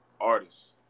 artists